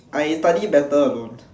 I study better alone